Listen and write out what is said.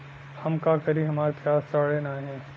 हम का करी हमार प्याज सड़ें नाही?